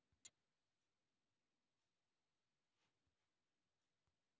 RTGS एवं NEFT में कौन कौनसे चार्ज लगते हैं?